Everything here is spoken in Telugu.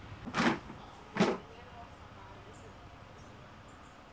లేగదూడ పుట్టి మూడు దినాలైనంక ఎక్కువ పాలు తాగనియాల్ల